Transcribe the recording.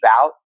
out